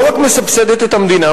ולא רק מסבסדת את המדינה,